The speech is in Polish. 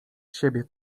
siebie